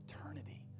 eternity